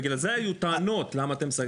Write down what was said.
בגלל זה היו טענות למה אתם סגרתם.